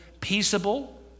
peaceable